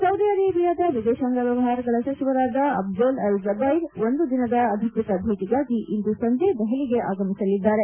Saudi ಅರೇಬಿಯಾದ ವಿದೇತಾಂಗ ವ್ವವಹಾರಗಳ ಸಚಿವರಾದ ಅಬ್ದೆಲ್ ಅಲ್ ಝುಬೈರ್ ಒಂದು ದಿನದ ಅಧಿಕ್ಷತ ಭೇಟಿಗಾಗಿ ಇಂದು ಸಂಜೆ ದೆಹಲಿಗೆ ಆಗಮಿಸಲಿದ್ದಾರೆ